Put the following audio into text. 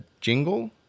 jingle